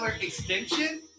extension